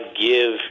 give